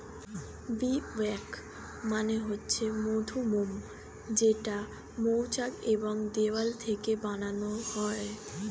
bee wax মানে হচ্ছে মধুমোম যেইটা মৌচাক এর দেওয়াল থেকে বানানো হয়